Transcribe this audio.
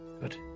Good